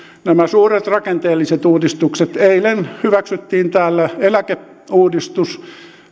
nämä suuret rakenteelliset uudistukset eilen hyväksyttiin täällä eläkeuudistus